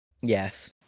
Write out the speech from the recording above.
Yes